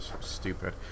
stupid